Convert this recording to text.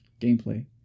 gameplay